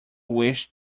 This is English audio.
wish